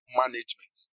management